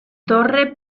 torre